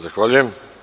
Zahvaljujem.